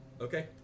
Okay